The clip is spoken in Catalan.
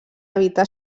evitar